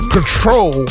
Control